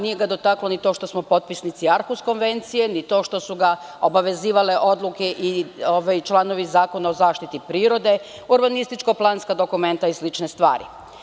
Nije ga dotaklo ni to što smo potpisnici Arkus konvencije, ni to što su ga obavezivale odluke i članovi Zakona o zaštiti prirode, urbanističko planska dokumenta i slične stvari.